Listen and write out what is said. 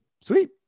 Sweet